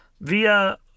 via